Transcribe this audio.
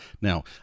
Now